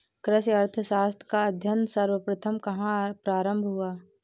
कृषि अर्थशास्त्र का अध्ययन सर्वप्रथम कहां प्रारंभ हुआ?